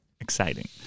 Exciting